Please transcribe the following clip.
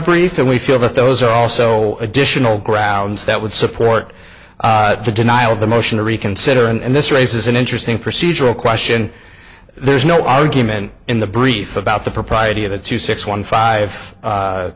brief and we feel that those are also additional grounds that would support the denial of the motion to reconsider and this raises an interesting procedural question there's no argument in the brief about the propriety of the two six one five